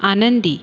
आनंदी